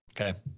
Okay